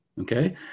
Okay